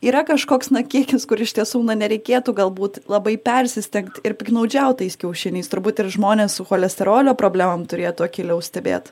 yra kažkoks na kiekis kur iš tiesų na nereikėtų galbūt labai persistengt ir piktnaudžiaut tais kiaušiniais turbūt ir žmonės su cholesterolio problemom turėtų akyliau stebėt